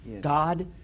God